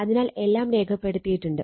അതിനാൽ എല്ലാം രേഖപ്പെടുത്തിയിട്ടുണ്ട്